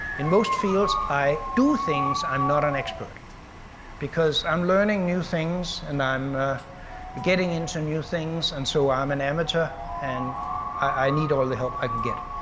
in most fields i do things, i'm not an expert because i'm learning new things and i'm getting into new things and so i'm an amateur and i need all the help i can get.